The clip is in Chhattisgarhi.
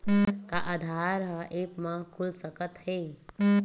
का आधार ह ऐप म खुल सकत हे?